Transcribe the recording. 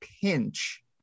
pinch